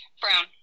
Brown